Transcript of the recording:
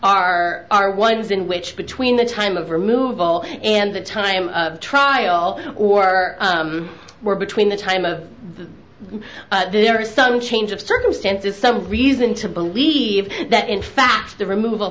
are are ones in which between the time of removal and the time of trial or were between the time of well there are some change of circumstances some reason to believe that in fact the removal